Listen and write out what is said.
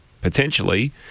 potentially